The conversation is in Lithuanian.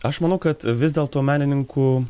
aš manau kad vis dėlto menininku